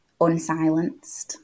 unsilenced